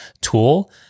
tool